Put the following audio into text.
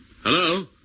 Hello